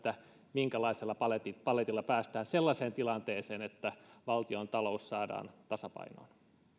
minkälaisella paletilla paletilla päästään sellaiseen tilanteeseen että valtiontalous saadaan tasapainoon